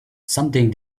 something